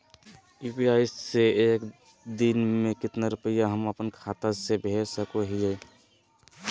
UPI से एक दिन में कितना रुपैया हम अपन खाता से भेज सको हियय?